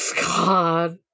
God